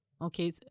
okay